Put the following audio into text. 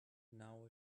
now